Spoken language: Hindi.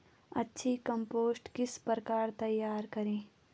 अच्छी कम्पोस्ट किस प्रकार तैयार करें?